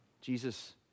Jesus